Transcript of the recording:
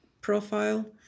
profile